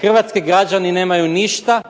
hrvatski građani nemaju ništa